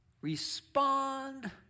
respond